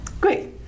Great